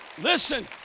Listen